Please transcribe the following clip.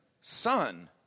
son